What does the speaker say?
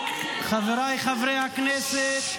חבריי חברי הכנסת,